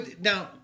now